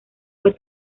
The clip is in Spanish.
fue